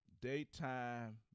daytime